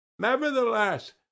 nevertheless